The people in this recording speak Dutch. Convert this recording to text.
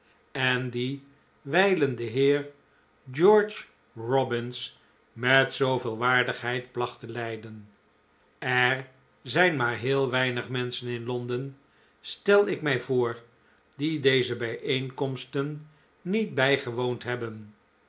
en die wijlen de heer george robins met zooveel waardigheid placht te leiden er zijn maar heel weinig menschen in londen stel ik mij voor die deze bijeenkomsten niet bijgewoond hebben